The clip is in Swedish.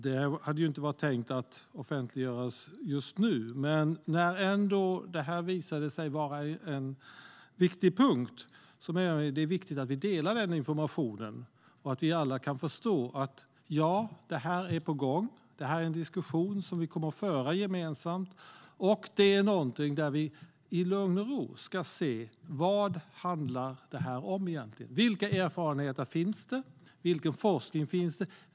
Det var inte tänkt att offentliggöras just nu, men när det visade sig vara en central punkt menade vi att det var viktigt att vi delade med oss av informationen så att alla kan förstå att detta är på gång och att det är en diskussion som vi kommer att föra gemensamt. Vi ska i lugn och ro se vad det egentligen handlar om. Vilka erfarenheter finns det? Vilken forskning finns det?